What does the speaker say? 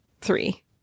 three